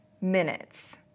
minutes